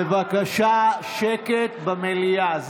בבקשה שקט במליאה.